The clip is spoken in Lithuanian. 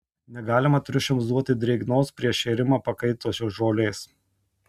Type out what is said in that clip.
negalima triušiams duoti drėgnos prieš šėrimą pakaitusios žolės